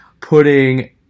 putting